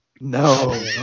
No